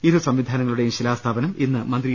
ഇരുസംവിധാനങ്ങളുടെയും ശിലാസ്ഥാപനം ഇന്ന് മന്ത്രി എ